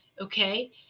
Okay